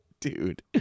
Dude